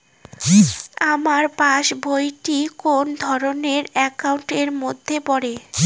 আমার পাশ বই টি কোন ধরণের একাউন্ট এর মধ্যে পড়ে?